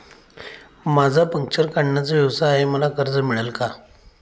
माझा पंक्चर काढण्याचा व्यवसाय आहे मला कर्ज मिळेल का?